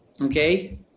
okay